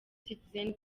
citizen